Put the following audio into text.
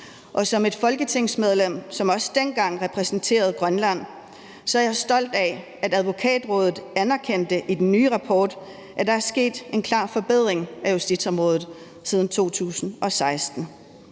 og som et folketingsmedlem, som også dengang repræsenterede Grønland, er jeg også stolt af, at Advokatrådet i den nye rapport anerkender, at der er sket en klar forbedring af justitsområdet siden 2016.